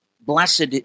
Blessed